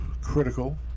critical